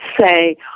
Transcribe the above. say